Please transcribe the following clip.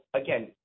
again